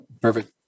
perfect